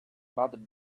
but